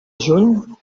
juny